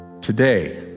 today